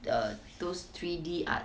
the those three D art